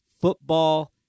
football